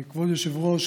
כבוד היושב-ראש,